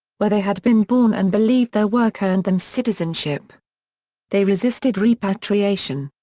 where they had been born and believed their work earned them citizenship they resisted repatriation.